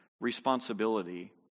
responsibility